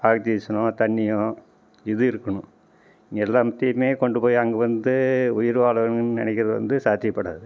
ஆக்சிஜனோ தண்ணியோ இது இருக்கணும் எல்லாத்தையுமே கொண்டு போய் அங்க வந்து உயிர் வாழணும்னு நெனைக்கிறது வந்து சாத்தியப்படாது